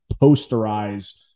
posterize